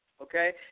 Okay